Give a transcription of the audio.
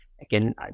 Again